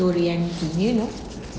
nuryanti do you know